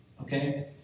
okay